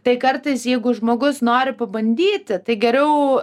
tai kartais jeigu žmogus nori pabandyti tai geriau